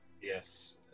Yes